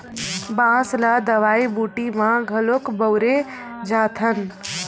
बांस ल दवई बूटी म घलोक बउरे जाथन